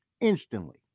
instantly